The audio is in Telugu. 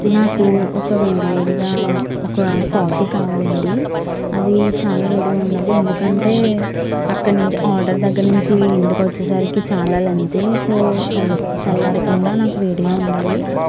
నాకు ఒక వేడివేడిగా ఒక కాఫీ కావాలి అండి అది చాలా వేడిగా ఉండాలి ఎందుకంటే అక్కడ నుంచి ఆర్డర్ దగ్గర నుంచి ఇంటికి వచ్చేసరికి చాలా లెంతీ సో చల్లార చల్లారకుండా నాకు వేడిగా ఉండాలి